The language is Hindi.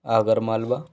आगरमालबा